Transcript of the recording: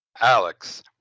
Alex